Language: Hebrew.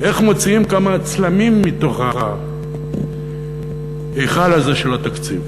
איך מוציאים כמה צלמים מתוך ההיכל הזה של התקציב?